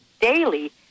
daily